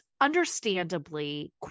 understandably